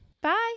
bye